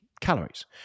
calories